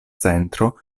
centro